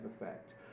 effect